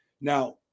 Now